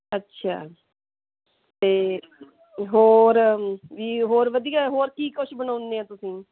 ਅੱਛਾ ਅਤੇ ਹੋਰ ਵੀ ਹੋਰ ਵਧੀਆ ਹੋਰ ਕੀ ਕੁਛ ਬਣਾਉਂਦੇ ਹੋ ਤੁਸੀਂ